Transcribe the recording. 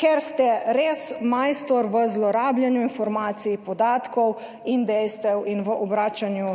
ker ste res majster v zlorabljanju informacij, podatkov in dejstev in v obračanju